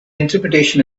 interpretation